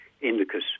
Indicus